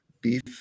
beef